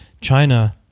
China